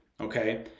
okay